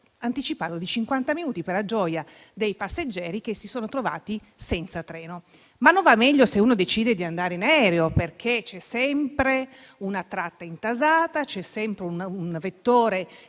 anticipata di cinquanta minuti, per la gioia dei passeggeri che si sono trovati senza treno. Non va meglio se uno decide di andare in aereo, perché c'è sempre una tratta intasata o un vettore